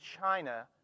China